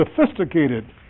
sophisticated